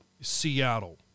Seattle